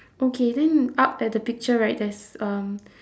okay then up at the picture right there's um